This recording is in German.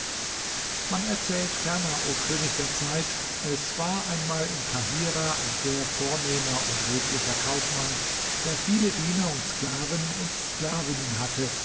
man erzählt ferner o könig der zeit es war einmal in kahirah ein sehr vornehmer und redlicher kaufmann der viele diener und sklaven und sklavinnen hatte